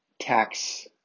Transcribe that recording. tax